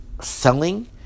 selling